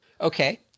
Okay